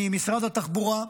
ממשרד התחבורה: